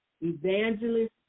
Evangelist